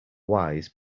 wise